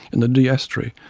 in the dee estuary,